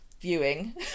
viewing